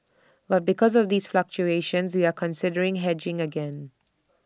but because of these fluctuations we are considering hedging again